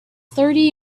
thirty